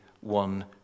one